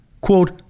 quote